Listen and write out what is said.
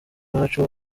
iwacu